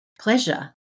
pleasure